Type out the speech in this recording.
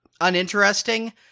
uninteresting